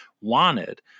wanted